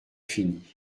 fini